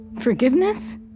Forgiveness